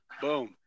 boom